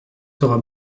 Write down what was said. sera